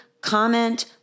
comment